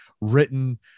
written